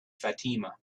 fatima